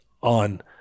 on